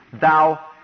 thou